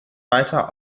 weiter